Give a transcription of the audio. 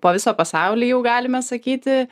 po visą pasaulį jau galime sakyti